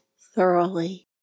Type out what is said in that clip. thoroughly